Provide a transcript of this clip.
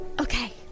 Okay